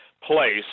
Place